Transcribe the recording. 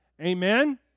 Amen